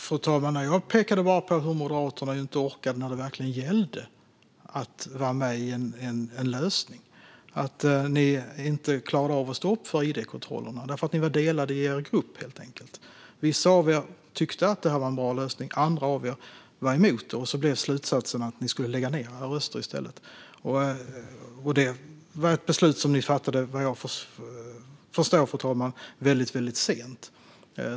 Fru talman! Jag pekade bara på hur Moderaterna inte orkade när det verkligen gällde att vara med på en lösning. Ni klarade inte av att stå upp för id-kontrollerna, för ni var delade i er grupp. Vissa av er tyckte att det var en bra lösning, men andra av er var emot det. Så blev slutsatsen att ni skulle lägga ned era röster i stället. Det var ett beslut som ni vad jag förstår fattade väldigt sent.